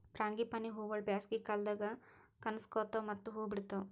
frangipani ಹೂವುಗೊಳ್ ಬ್ಯಾಸಗಿ ಕಾಲದಾಗ್ ಕನುಸ್ಕೋತಾವ್ ಮತ್ತ ಹೂ ಬಿಡ್ತಾವ್